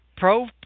Pro